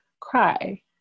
cry